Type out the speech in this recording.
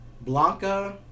Blanca